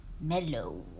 mellow